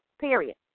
period